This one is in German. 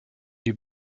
die